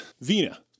Vina